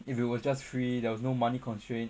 if it was just free there was no money constraint